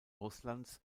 russlands